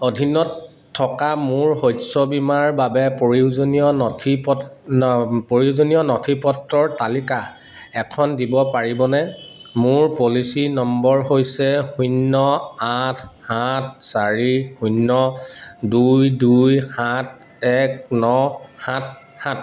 অধীনত থকা মোৰ শস্য বীমাৰ বাবে প্ৰয়োজনীয় নথিপত্ৰ প্ৰয়োজনীয় নথিপত্ৰৰ তালিকা এখন দিব পাৰিবনে মোৰ পলিচী নম্বৰ হৈছে শূন্য আঠ সাত চাৰি শূন্য দুই দুই সাত এক ন সাত সাত